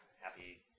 happy